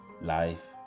life